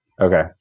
Okay